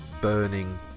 burning